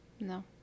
No